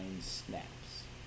snaps